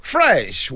Fresh